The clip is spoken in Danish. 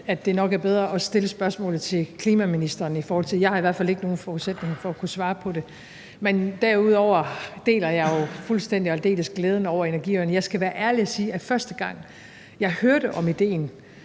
at det nok er bedre at stille spørgsmålet til klimaministeren. Jeg har i hvert fald ikke nogen forudsætning for at kunne svare på det. Derudover deler jeg fuldstændig og aldeles glæden over energiøen. Jeg skal være ærlig og sige, at første gang jeg hørte om idéen,